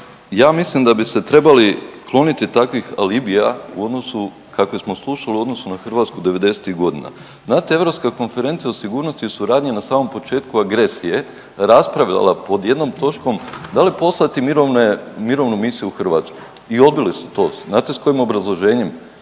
ja mislim da bi se trebali kloniti takvih alibija u odnosu kakve smo slušali u odnosu na Hrvatsku 90-ih godina. Znate, Europska konferencija o sigurnosti i suradnji na samom početku agresije je raspravljala pod jednom točkom, da li poslati mirovnu misiju u Hrvatsku i odbili su to. Znate s kojim obrazloženjem?